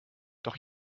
doch